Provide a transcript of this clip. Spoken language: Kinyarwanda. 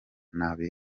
nabi